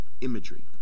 imagery